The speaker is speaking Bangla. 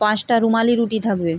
পাঁচটা রুমালি রুটি থাকবে